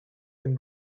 and